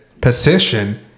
position